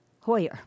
Hoyer